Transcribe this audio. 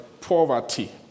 Poverty